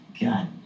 God